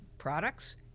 products